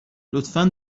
لطفا